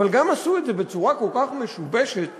אבל גם עשו את זה בצורה כל כך משובשת ומבולבלת,